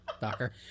Docker